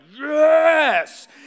yes